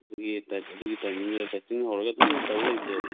ꯑꯗꯨꯒꯤ ꯑꯗꯨꯒꯤ ꯇꯥꯏꯃꯤꯡꯗꯨꯗ ꯀꯥꯁꯇꯤꯡ ꯍꯧꯔꯒ ꯑꯗꯨꯝ ꯇꯧ ꯂꯩꯕꯗꯣ